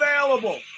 available